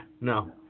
no